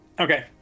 Okay